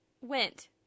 went